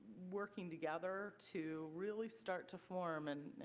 working together to really start to form and,